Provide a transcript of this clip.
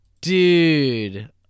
Dude